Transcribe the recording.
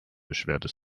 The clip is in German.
beschwerte